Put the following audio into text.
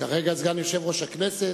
כרגע סגן יושב-ראש הכנסת,